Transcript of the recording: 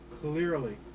clearly